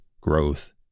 growth